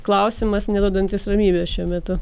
klausimas neduodantis ramybės šiuo metu